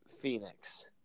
Phoenix